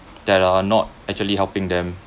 that are not actually helping them